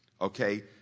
okay